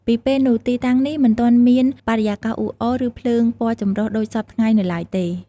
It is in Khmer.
ពីពេលនោះ ទីតាំងនេះមិនទាន់មានបរិយាកាសអ៊ូអរ ឬភ្លើងពណ៌ចម្រុះដូចសព្វថ្ងៃនៅឡើយទេ។